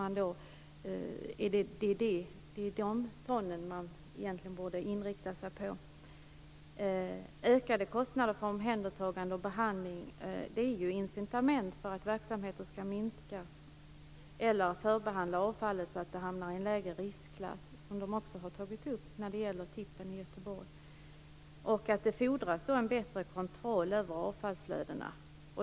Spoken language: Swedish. Det är den mängden som man egentligen borde inrikta sig på. Ökade kostnader för omhändertagande och behandling är ju incitament för att verksamheten skall minska eller för att man skall förbehandla avfallet så att det hamnar i en lägre riskklass, som de också har tagit upp när det gäller tippen i Göteborg. Det fordras då en bättre kontroll över avfallsflödena.